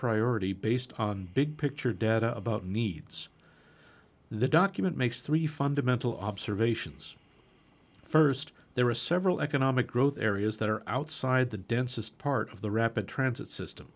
priority based on big picture data about needs the document makes three fundamental observations st there are several economic growth areas that are outside the densest part of the rapid transit system